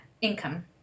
income